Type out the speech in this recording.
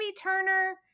Turner